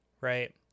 right